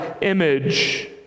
image